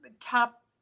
top